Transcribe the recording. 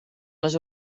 les